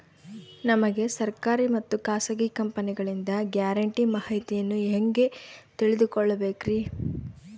ನಮಗೆ ಸರ್ಕಾರಿ ಮತ್ತು ಖಾಸಗಿ ಕಂಪನಿಗಳಿಂದ ಗ್ಯಾರಂಟಿ ಮಾಹಿತಿಯನ್ನು ಹೆಂಗೆ ತಿಳಿದುಕೊಳ್ಳಬೇಕ್ರಿ?